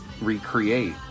recreate